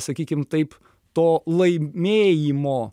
sakykim taip to laimėjimo